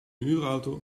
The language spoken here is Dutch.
huurauto